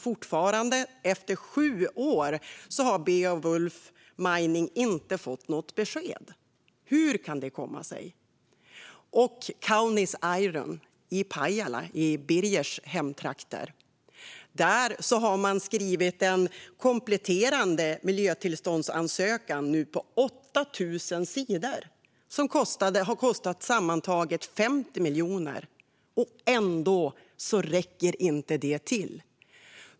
Fortfarande, efter sju år, har Beowulf Mining inte fått något besked. Hur kan det komma sig? Vi har också Kaunis Iron i Pajala, Birger Lahtis hemtrakter. Där har man nu skrivit en kompletterande miljötillståndsansökan på 8 000 sidor som har kostat sammantaget 50 miljoner. Ändå räcker inte det till.